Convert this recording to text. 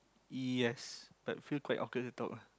yes but feel quite awkward to talk ah